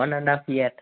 one and half year